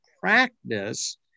practice